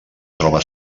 troba